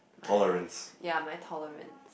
my yeah my tolerance